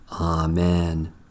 Amen